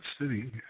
City